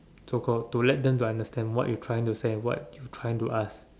so called to let them to understand what you trying to say what you trying to ask